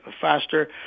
faster